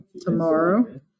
tomorrow